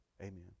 amen